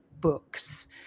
books